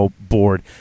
board